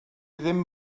ddim